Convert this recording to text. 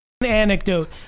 anecdote